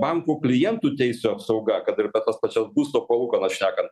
bankų klientų teisių apsauga kad ir tas pačios būsto palūkanas šnekant